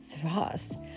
thrust